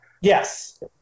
Yes